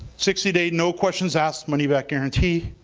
sixty day, no questions asked money back guarantee